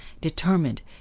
determined